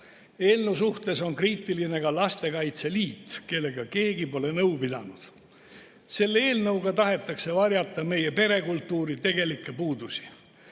Eelnõu suhtes on kriitiline ka Lastekaitse Liit, kellega keegi pole nõu pidanud. Selle eelnõuga tahetakse varjata meie perekultuuri tegelikke puudusi.